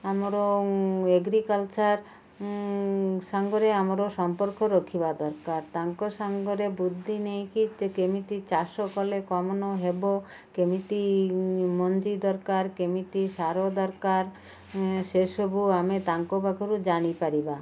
ଆମର ଏଗ୍ରିକଲ୍ଚର ସାଙ୍ଗରେ ଆମର ସମ୍ପର୍କ ରଖିବା ଦରକାର ତାଙ୍କ ସାଙ୍ଗରେ ବୃଦ୍ଧି ନେଇକି କେମିତି ଚାଷ କଲେ କମନ ହେବ କେମିତି ମଞ୍ଜି ଦରକାର କେମିତି ସାର ଦରକାର ସେସବୁ ଆମେ ତାଙ୍କ ପାଖରୁ ଜାଣି ପାରିବା